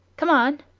come on.